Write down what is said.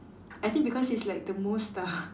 I think because he's like the most uh